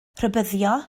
rhybuddio